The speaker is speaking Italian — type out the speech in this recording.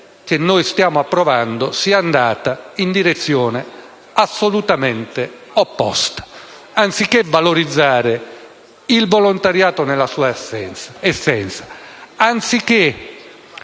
disegno di legge sia andato in direzione assolutamente opposta. Anziché valorizzare il volontariato nella sua essenza, anziché